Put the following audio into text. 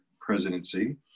presidency